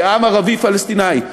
כעם ערבי פלסטיני.